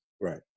Right